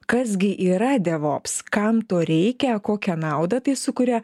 kas gi yra devops kam to reikia kokią naudą tai sukuria